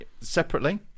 separately